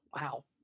Wow